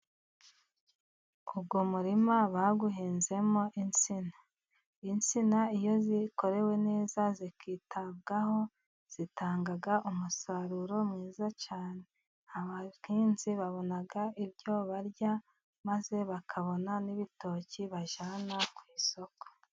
Uyu muririma bawuhinzemo insina, insina iyo zikorewe neza zikitabwaho zitanga umusaruro mwiza cyane, abahinzi babona ibyo barya, maze bakabona n'ibitoki bajyana ku isoko.